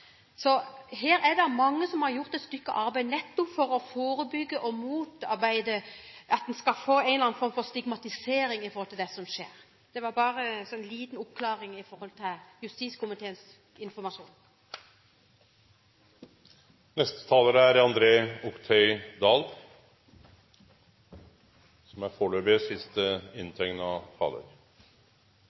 Her er det mange som har gjort et stykke arbeid nettopp for å forebygge, for å unngå at en skal få en eller annen form for stigmatisering. – Dette var bare som en liten oppklaring i forhold til justiskomiteens informasjon. Jeg synes vi har hatt en veldig god debatt, for den viser at vi egentlig er enige om målet, og vi er